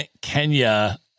Kenya